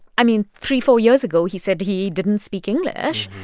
i mean, three, four years ago, he said he didn't speak english.